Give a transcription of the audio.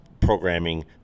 programming